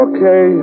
Okay